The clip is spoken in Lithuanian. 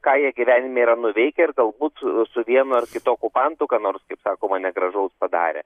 ką jie gyvenime yra nuveikę ir galbūt su vienu ar kitu okupantu ką nors kaip sakoma negražaus padarę